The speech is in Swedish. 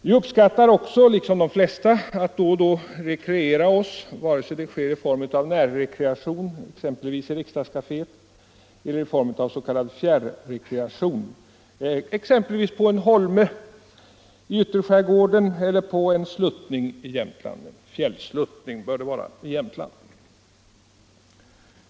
Vi uppskattar också, liksom de flesta, att då och då rekreera oss vare sig det sker i form av närrekreation, exempelvis i riksdagskaféet, eller i form av s.k. fjärrekreation, exempelvis på en holme i ytterskärgården eller på en fjällsluttning i Jämtland.